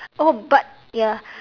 oh but ya